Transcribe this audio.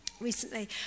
recently